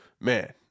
man